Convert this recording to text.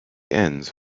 ends